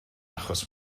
achos